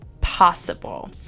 possible